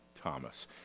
Thomas